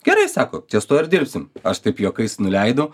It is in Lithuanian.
gerai sako ties tuo ir dirbsim aš taip juokais nuleidau